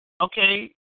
okay